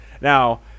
Now